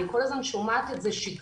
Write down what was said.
אני כל הזמן שומעת את זה 'שגרה,